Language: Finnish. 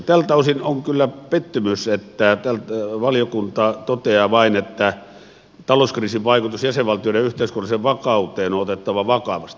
tältä osin on kyllä pettymys että valiokunta toteaa vain että talouskriisin vaikutus jäsenvaltioiden yhteiskunnalliseen vakauteen on otettava vakavasti